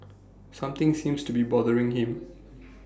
something seems to be bothering him